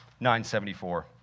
974